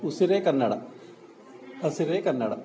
ಉಸಿರೇ ಕನ್ನಡ ಹಸಿರೇ ಕನ್ನಡ